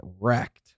wrecked